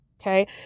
Okay